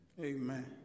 Amen